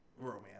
romance